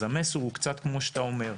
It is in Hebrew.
אז המסר הוא קצת כמו שאתה אומר.